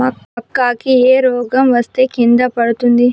మక్కా కి ఏ రోగం వస్తే కింద పడుతుంది?